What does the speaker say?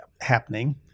happening